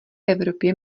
evropě